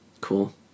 Cool